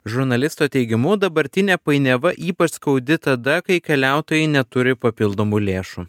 žurnalisto teigimu dabartinė painiava ypač skaudi tada kai keliautojai neturi papildomų lėšų